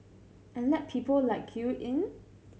and let people like you in